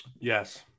yes